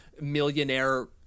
Millionaire